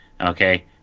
okay